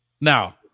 Now